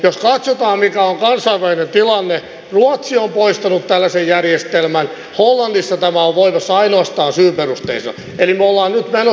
jos katsotaan mikä on kansainvälinen tilanne niin ruotsi on poistanut tällaisen järjestelmän hollannissa tämä on voimassa ainoastaan syyperusteisena eli me olemme nyt menossa siihen järjestelmään